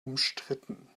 umstritten